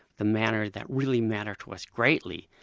the manner that really matter to us greatly,